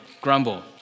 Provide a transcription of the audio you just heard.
grumble